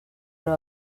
però